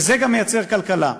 וזה גם מייצר כלכלה.